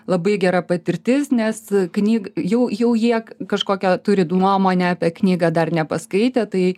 labai gera patirtis nes knyg jau jau jie kažkokią turi nuomonę apie knygą dar nepaskaitę tai